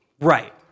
Right